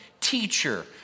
Teacher